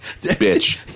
Bitch